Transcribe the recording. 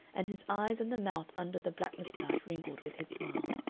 and his eyes and the mouth under the black mustache wrinkled with his smile.